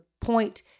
point